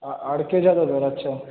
আ আর কে যাবে মনে হচ্ছে